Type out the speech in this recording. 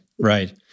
right